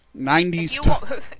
90s